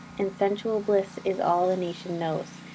and sensual bliss is all the nation knows.